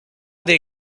dei